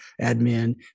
admin